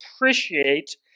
appreciate